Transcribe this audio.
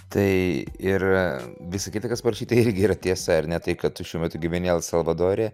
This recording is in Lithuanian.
tai ir visa kita kas parašyta irgi yra tiesa ar ne tai kad tu šiuo metu gyveni el salvadore